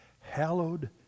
Hallowed